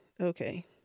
Okay